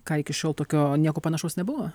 ką iki šiol tokio nieko panašaus nebuvo